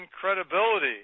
credibility